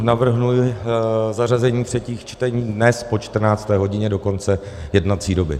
Navrhuji zařazení třetích čtení dnes po 14. hodině do konce jednací doby.